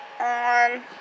on